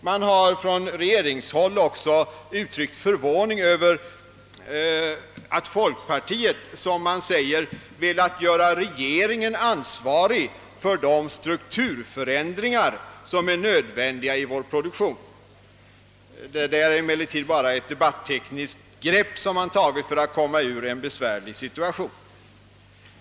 Man har uttryckt förvåning över att — som man säger — folkpartiet velat ställa regeringen till ansvar för de strukturförändringar som är nödvändiga i vår produktion. Det är emellertid endast ett debattekniskt grepp för att komma ur en besvärlig situation.